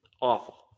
awful